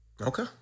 Okay